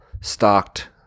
stocked